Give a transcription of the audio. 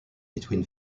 between